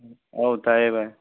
ꯑꯣ ꯇꯥꯏꯑꯦ ꯚꯥꯏ